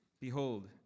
behold